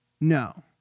No